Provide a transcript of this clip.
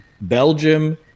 Belgium